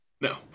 No